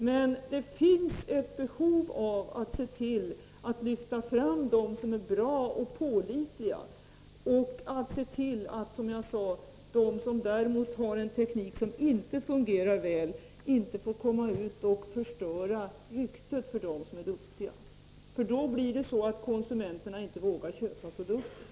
Men det finns ett behov av att lyfta fram de företag som är bra och pålitliga och att, som jag sade, förhindra att de som däremot har en teknik på sina anläggningar som inte fungerar ger dem som är duktiga dåligt rykte, för om det sker vågar konsumenterna inte köpa produkterna.